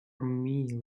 meal